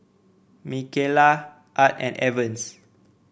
Mikaela Art and Evans